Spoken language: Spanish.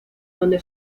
dónde